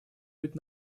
быть